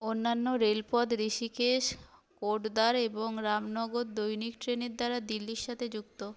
অন্যান্য রেলপথ হৃষীকেশ কোটদ্বার এবং রামনগর দৈনিক ট্রেনের দ্বারা দিল্লির সাথে যুক্ত